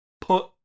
put